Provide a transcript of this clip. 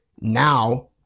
now